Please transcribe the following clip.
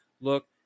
look